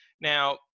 now